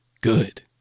good